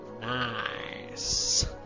Nice